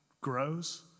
grows